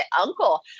uncle